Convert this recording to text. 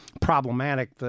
problematic